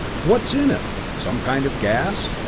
what's in it? some kind of gas?